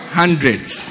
hundreds